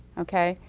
okay?